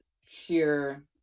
sheer